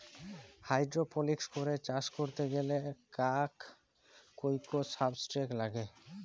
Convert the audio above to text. hydroponics করে চাষ ক্যরতে গ্যালে কাক কৈর সাবস্ট্রেট লাগে